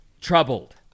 troubled